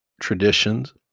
traditions